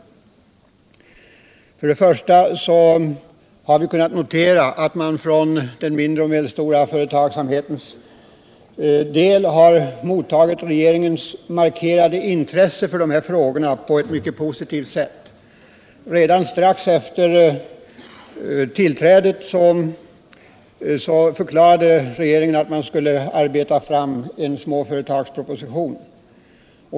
De mindre och Till att börja med har vi kunnat konstatera att man från den mindre medelstora och medelstora företagsamhetens sida har mottagit regeringens marke = företagens utveckrade intresse för de här frågorna på ett mycket positivt sätt. Redan strax ling, m.m. efter tillträdet förklarade regeringen att den skulle arbeta fram en småföretagsproposition.